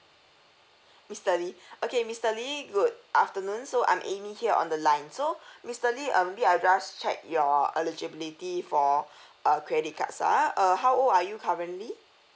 mister lee okay mister lee good afternoon so I'm amy here on the line so mister lee um maybe I just check your eligibility for uh credit cards ah err how old are you currently